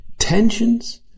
Tensions